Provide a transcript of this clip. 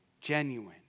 Genuine